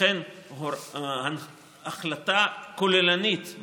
לכן החלטה כוללנית,